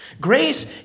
Grace